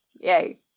Yay